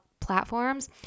platforms